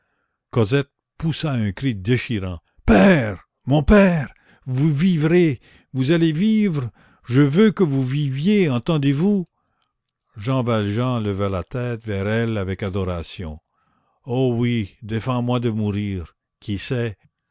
cosette poussa un cri déchirant père mon père vous vivrez vous allez vivre je veux que vous viviez entendez-vous jean valjean leva la tête vers elle avec adoration oh oui défends moi de mourir qui sait